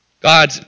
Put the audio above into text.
God